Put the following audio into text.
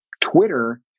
Twitter